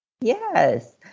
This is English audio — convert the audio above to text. Yes